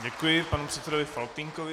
Děkuji panu předsedovi Faltýnkovi.